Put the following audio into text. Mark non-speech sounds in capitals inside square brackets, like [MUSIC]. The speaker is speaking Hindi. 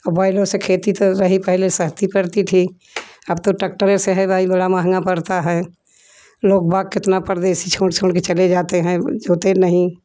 [UNINTELLIGIBLE] खेती तो रही पहले सस्ती करती थी अब तो टकटरे से है भाई बड़ा महंगा पड़ता है लोग भाग कितना परदेशी छोड़ छोड़ कर चले जाते है जोत नहीं